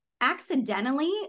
accidentally